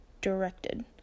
directed